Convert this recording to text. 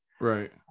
Right